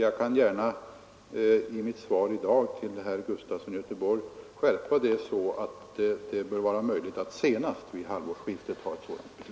Jag kan skärpa mitt svar på herr Gustafsons i Göteborg fråga i dag så, att det bör vara möjligt att senast vid halvårsskiftet ha fattat det beslutet.